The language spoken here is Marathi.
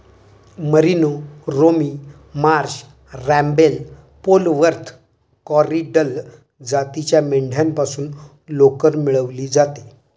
merino, Romney Marsh, Rambouillet, Polwarth, Corriedale जातीच्या मेंढ्यांपासून लोकर मिळवली जाते